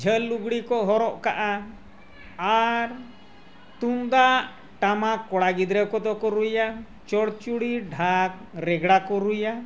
ᱡᱷᱟᱹᱞ ᱞᱩᱜᱽᱲᱤᱡ ᱠᱚ ᱦᱚᱨᱚᱜ ᱠᱟᱜᱼᱟ ᱟᱨ ᱛᱩᱢᱫᱟᱜ ᱴᱟᱢᱟᱠ ᱠᱚᱲᱟ ᱜᱤᱫᱽᱨᱟᱹ ᱠᱚᱫᱚ ᱠᱚ ᱨᱩᱭᱟ ᱪᱚᱲᱪᱩᱲᱤ ᱰᱷᱟᱠ ᱨᱮᱜᱽᱲᱟ ᱠᱚ ᱨᱩᱭᱟ